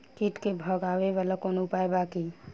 कीट के भगावेला कवनो उपाय बा की?